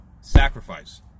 sacrifice